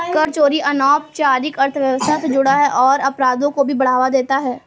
कर चोरी अनौपचारिक अर्थव्यवस्था से जुड़ा है और अपराधों को भी बढ़ावा देता है